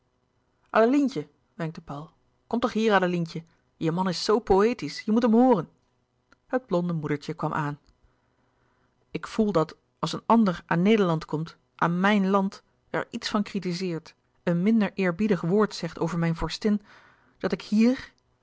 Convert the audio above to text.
adelientje wenkte paul kom toch hier louis couperus de boeken der kleine zielen adelientje je man is zoo poëtisch je moet hem hooren het blonde moedertje kwam aan ik voel dat als een ander aan nederland komt aan m i j n land er iets van